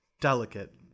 Delicate